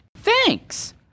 Thanks